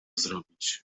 zrobić